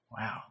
Wow